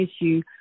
issue